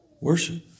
worship